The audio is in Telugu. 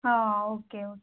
okay okay